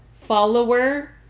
follower